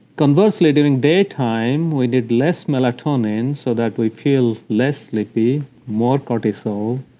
conversely, during day time we need less melatonin so that we feel less sleepy more cortisol,